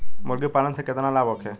मुर्गीपालन से केतना लाभ होखे?